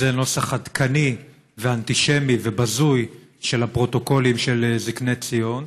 זה נוסח עדכני ואנטישמי ובזוי של הפרוטוקולים של זקני ציון.